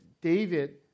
David